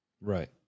Right